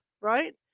right